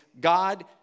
God